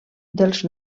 dels